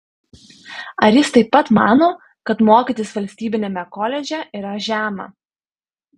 ar jis taip pat mano kad mokytis valstybiniame koledže yra žema